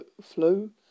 flu